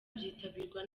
byitabirwa